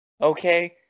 Okay